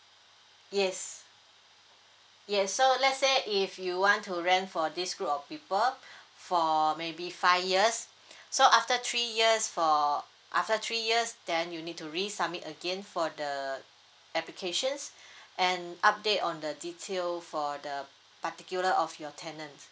yes yes so let's say if you want to rent for this group of people for maybe five years so after three years for after three years then you need to resubmit again for the applications and update on the detail for the particular of your tenant